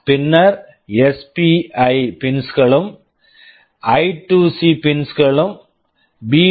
பின்னர் SPI SPI pins pins களும் I two C I2C pins pins களும் பி